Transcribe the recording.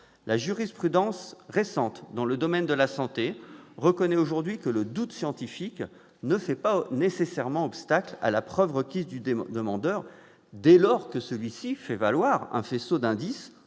La jurisprudence récente dans le domaine de la santé reconnaît aujourd'hui que le doute scientifique ne fait pas nécessairement obstacle à la preuve requise du demandeur dès lors que celui-ci fait valoir un faisceau d'indices